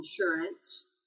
insurance